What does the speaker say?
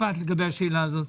משפט לגבי השאלה הזאת.